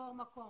אבישי כהן,